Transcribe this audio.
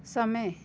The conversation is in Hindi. समय